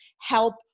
help